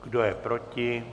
Kdo je proti?